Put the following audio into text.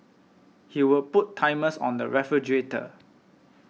he would put timers on the refrigerator